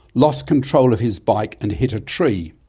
lost control of his bike and hit a tree.